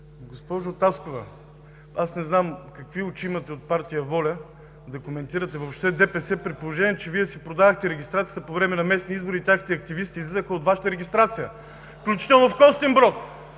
Госпожо Таскова, аз не знам какви очи имате от партия ВОЛЯ да коментирате въобще ДПС, при положение че си продадохте регистрацията по време на местните избори и техните активисти излязоха от Вашата регистрация, включително в Костинброд!